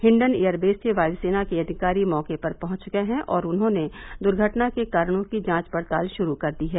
Hindon airways से वायुसेना के अधिकारी मौके पर पहुंच गये हैं और उन्होंने दुर्घटना के कारणों की जांच पड़ताल शुरू कर दी है